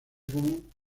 común